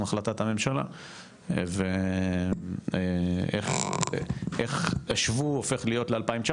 החלטת הממשלה ואיך החישוב הופך להיות ל-2,900.